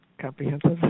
comprehensive